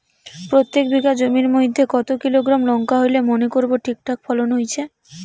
প্রত্যেক বিঘা জমির মইধ্যে কতো কিলোগ্রাম লঙ্কা হইলে মনে করব ঠিকঠাক ফলন হইছে?